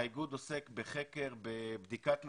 האיגוד עוסק בחקר, בבדיקת מדיניות,